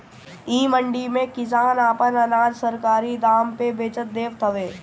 इ मंडी में किसान आपन अनाज के सरकारी दाम पे बचत देवत हवे